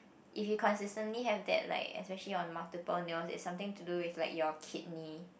if you consistently have that like especially on multiple nails it's something to do with like your kidney